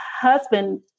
husband